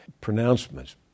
pronouncements